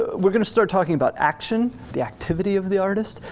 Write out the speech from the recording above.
we're gonna start talking about action, the activity of the artist.